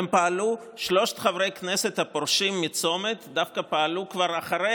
שלושת חברי הכנסת הפורשים מצומת פעלו כבר אחרי